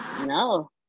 No